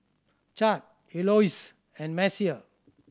Chadd Eloise and Messiah